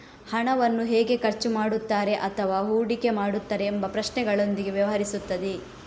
ಹಣವನ್ನು ಹೇಗೆ ಖರ್ಚು ಮಾಡುತ್ತಾರೆ ಅಥವಾ ಹೂಡಿಕೆ ಮಾಡುತ್ತಾರೆ ಎಂಬ ಪ್ರಶ್ನೆಗಳೊಂದಿಗೆ ವ್ಯವಹರಿಸುತ್ತದೆ